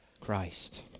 Christ